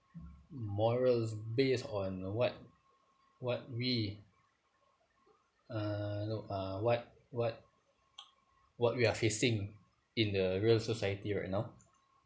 morals based on what what we uh no uh what what what we are facing in the real society right now